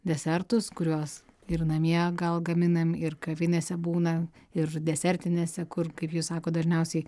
desertus kuriuos ir namie gal gaminam ir kavinėse būna ir desertinėse kur kaip jūs sakot dažniausiai